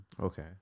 Okay